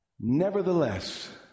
Nevertheless